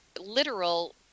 literal